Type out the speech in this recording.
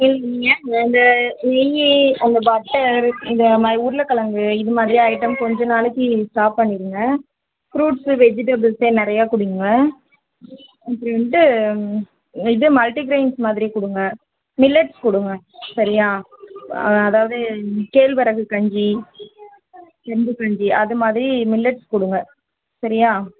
சரி நீங்கள் இந்த இந்த நெய் அந்த பட்டர் இது மாதிரி உருளக்கெழங்கு இது மாரியான ஐட்டம் கொஞ்சம் நாளைக்கு ஸ்டாப் பண்ணிடுங்க ஃப்ரூட்ஸ்ஸு வெஜிடபிள்ஸ்ஸே நிறையா கொடுங்க அப்புறம் வந்துட்டு இது மல்ட்டிக்ரெய்ன்ஸ் மாதிரி கொடுங்க மில்லெட்ஸ் கொடுங்க சரியா அதாவது கேழ்வரகு கஞ்சி கம்பு கஞ்சி அது மாதிரி மில்லெட்ஸ் கொடுங்க சரியா